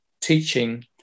teaching